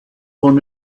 von